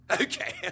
Okay